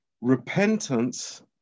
Repentance